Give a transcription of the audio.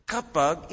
Kapag